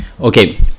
Okay